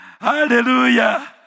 hallelujah